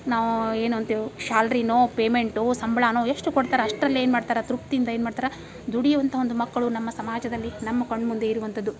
ನಾವು ಏನಂತೇವೆ ಶಾಲ್ರಿನೋ ಪೇಮೆಂಟೋ ಸಂಬಳನೋ ಎಷ್ಟು ಕೊಡ್ತಾರೆ ಅಷ್ಟ್ರಲ್ಲಿ ಏನು ಮಾಡ್ತಾರೆ ತೃಪ್ತಿಯಿಂದ ಏನು ಮಾಡ್ತಾರೆ ದುಡಿಯುವಂಥ ಒಂದು ಮಕ್ಕಳು ನಮ್ಮ ಸಮಾಜದಲ್ಲಿ ನಮ್ಮ ಕಣ್ಮುಂದೆ ಇರುವಂಥದ್ದು